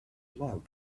love